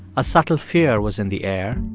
a subtle fear was in the air,